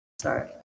Sorry